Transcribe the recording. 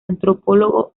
antropólogo